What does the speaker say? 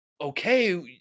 okay